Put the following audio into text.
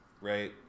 right